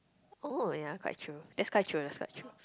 oh yea quite true that's quite true that's quite true